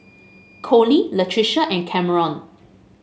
Colie Latricia and Cameron